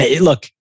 look